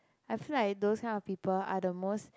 I feel like those kind of people are the most